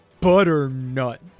Butternut